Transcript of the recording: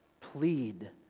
plead